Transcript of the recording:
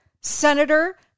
senator